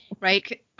right